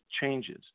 changes